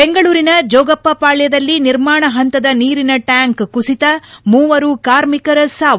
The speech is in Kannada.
ಬೆಂಗಳೂರಿನ ಜೋಗಪ್ಪ ಪಾಳ್ವದಲ್ಲಿ ನಿರ್ಮಾಣ ಪಂತದ ನೀರಿನ ಟ್ಯಾಂಕ್ ಕುಸಿತ ಮೂವರು ಕಾರ್ಮಿಕರ ಸಾವು